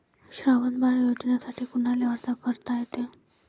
श्रावण बाळ योजनेसाठी कुनाले अर्ज करता येते?